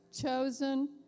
chosen